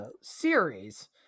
series